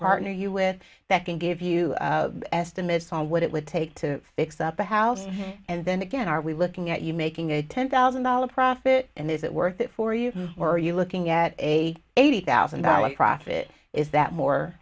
partner you with that can give you the minutes on what it would take to fix up the house and then again are we looking at you making a ten thousand dollar profit and is it worth it for you or are you looking at a eighty thousand dollars profit is that more